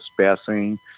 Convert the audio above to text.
passing